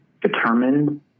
determined